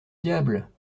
diable